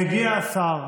הגיע השר,